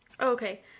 Okay